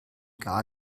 gar